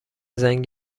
زنگ